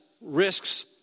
risks